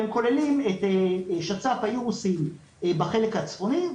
והם כוללים את שצ"ף האירוסים בחלק הצפוני,